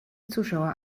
zuschauer